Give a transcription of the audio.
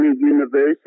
University